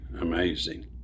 amazing